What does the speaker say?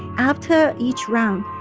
after each round,